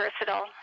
versatile